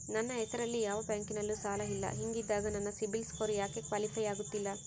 ನನ್ನ ಹೆಸರಲ್ಲಿ ಯಾವ ಬ್ಯಾಂಕಿನಲ್ಲೂ ಸಾಲ ಇಲ್ಲ ಹಿಂಗಿದ್ದಾಗ ನನ್ನ ಸಿಬಿಲ್ ಸ್ಕೋರ್ ಯಾಕೆ ಕ್ವಾಲಿಫೈ ಆಗುತ್ತಿಲ್ಲ?